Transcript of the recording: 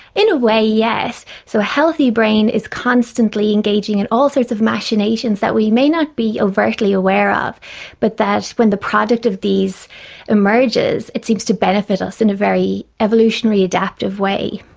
in a way, yes. so the healthy brain is constantly engaging in all sorts of machinations that we may not be overtly aware of but that when the product of these emerges it seems to benefit us in a very evolutionary adaptive way.